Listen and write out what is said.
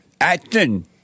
acting